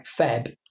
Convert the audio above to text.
feb